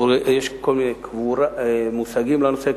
יש כל מיני מושגים בנושא,